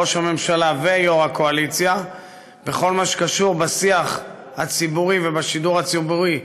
ראש הממשלה ויו"ר הקואליציה בכל מה שקשור לשיח הציבורי ולשידור הציבורי,